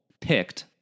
picked